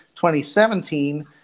2017